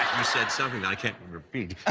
you said something, i can't repeat.